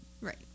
right